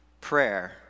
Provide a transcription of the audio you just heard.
prayer